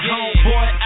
Homeboy